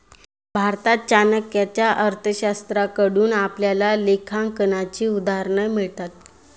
भारतात चाणक्याच्या अर्थशास्त्राकडून आपल्याला लेखांकनाची उदाहरणं मिळतात